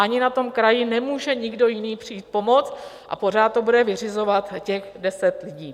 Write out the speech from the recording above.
Ani na tom kraji nemůže nikdo jiný přijít pomoct a pořád to bude vyřizovat těch deset lidí.